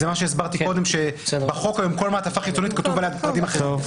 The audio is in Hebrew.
זה מה שהסברתי קודם על כך שעל כל מעטפה חיצונית כתובים פרטים אחרים.